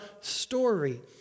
story